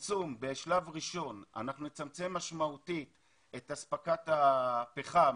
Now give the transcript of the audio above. ניתן לצמצם משמעותית את אספקת הפחם